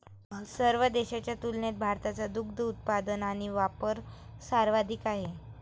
सर्व देशांच्या तुलनेत भारताचा दुग्ध उत्पादन आणि वापर सर्वाधिक आहे